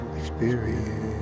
experience